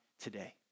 today